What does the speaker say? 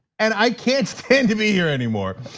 and i can't stand to be here anymore?